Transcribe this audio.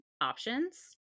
options